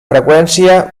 freqüència